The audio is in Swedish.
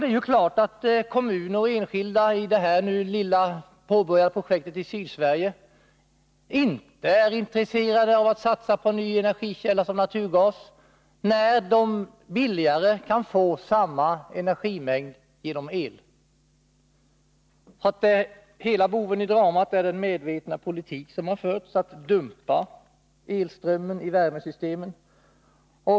Det är självklart att kommuner och enskilda i det här lilla påbörjade projektet i Sydsverige inte är intresserade av att satsa på en ny energikälla som naturgas när de billigare kan få samma energimängd genom el. Hela boveni dramat är den medvetna politik som har förts: att dumpa elströmmen i värmesystemet.